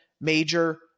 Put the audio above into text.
major